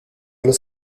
los